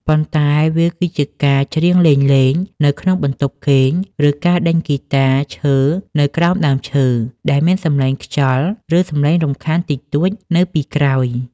ប៉ុន្តែវាគឺជាការច្រៀងលេងៗនៅក្នុងបន្ទប់គេង ឬការដេញហ្គីតាឈើនៅក្រោមដើមឈើ ដែលមានសំឡេងខ្យល់ ឬសំឡេងរំខានតិចតួចនៅពីក្រោយ។